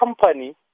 company